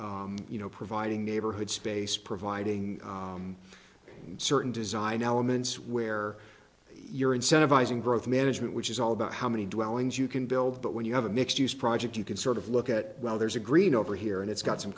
you know providing neighborhood space providing certain design elements where you're incentivizing growth management which is all about how many dwellings you can build but when you have a mixed use project you can sort of look at well there's a green over here and it's got some